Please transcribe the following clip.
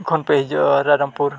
ᱠᱷᱚᱱᱯᱮ ᱦᱤᱡᱩᱜᱼᱟ ᱨᱟᱭᱨᱚᱝᱯᱩᱨ